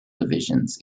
divisions